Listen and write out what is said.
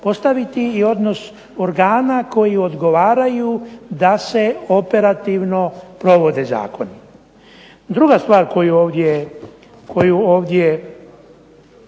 postaviti i odnos organa koji odgovaraju da se operativno provode zakoni. Druga stvar koju ovdje